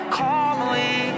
calmly